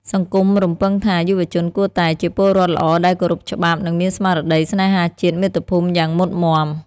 សង្គមរំពឹងថា យុវជនគួរតែ "ជាពលរដ្ឋល្អដែលគោរពច្បាប់" និងមានស្មារតីស្នេហាជាតិមាតុភូមិយ៉ាងមុតមាំ។